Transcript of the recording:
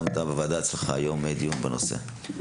אנחנו מודים על שיזמת היום דיון בנושא אצלך בוועדה.